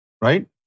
Right